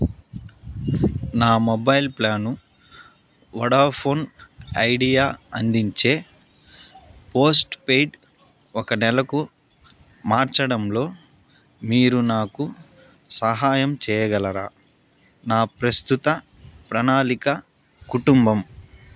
నా mobile plan Vodafone Idea అందించే postpaid ఒక నెలకు మార్చడంలో మీరు నాకు సహాయం చేయగలరా నా ప్రస్తుత ప్రణాళిక కుటుంబం